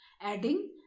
adding